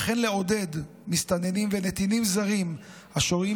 וכן לעודד מסתננים ונתינים זרים השוהים